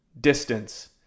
Distance